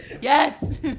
Yes